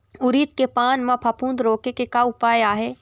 उरीद के पान म फफूंद रोके के का उपाय आहे?